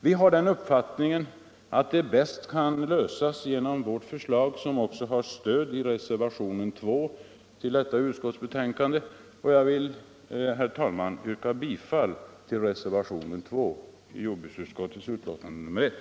Vi har den uppfattningen att den bäst kan lösas genom vårt förslag, som också har stöd i reservationen 2. Jag vill, herr talman, yrka bifall till reservationen 2 i jordbruksutskottets betänkande nr 1.